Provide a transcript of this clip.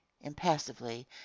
impassively